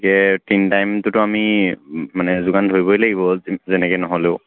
গতিকে তিনি টাইমটোতো আমি মানে যোগান ধৰিবই লাগিব যেনেকৈ নহ'লেও